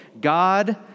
God